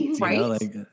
Right